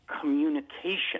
communication